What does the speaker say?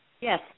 Yes